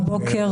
הבוקר